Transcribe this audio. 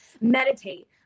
meditate